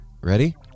Ready